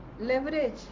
leverage